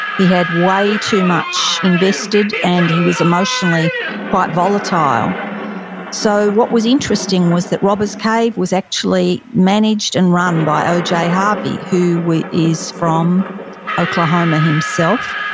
he had way too much invested, and he was emotionally quite volatile so what was interesting was that robbers cave was actually managed and run by oj harvey, who is from oklahoma himself.